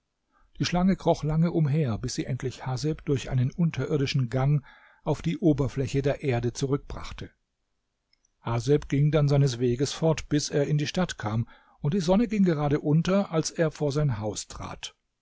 die schlange kroch lange umher bis sie endlich haseb durch einen unterirdischen gang auf die oberfläche der erde zurückbrachte haseb ging dann seines weges fort bis er in die stadt kam und die sonne ging gerade unter als er vor sein haus trat